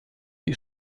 die